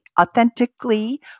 authentically